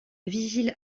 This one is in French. vigile